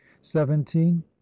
seventeen